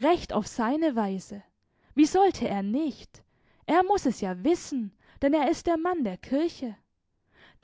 recht auf seine weise wie sollte er nicht er muß es ja wissen denn er ist der mann der kirche